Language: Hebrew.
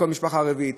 כל משפחה רביעית.